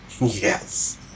Yes